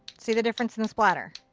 see the difference in the splatter?